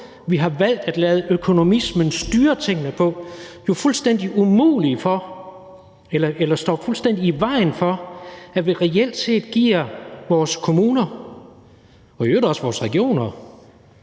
vi har valgt at lade økonomismen styre tingene på, jo fuldstændig står i vejen for, at vi reelt set giver vores kommuner og i øvrigt også vores regioner